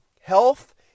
health